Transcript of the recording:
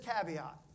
caveat